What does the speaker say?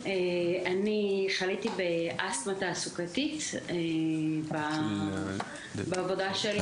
אני חליתי באסטמה תעסוקתית בעבודה שלי.